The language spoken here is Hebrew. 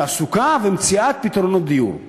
תעסוקה ומציאת פתרונות דיור";